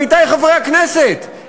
עמיתי חברי הכנסת,